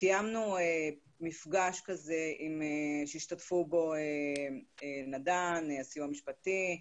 קיימנו מפגש כזה שהשתתפו בו נדן, הסיוע המשפטי,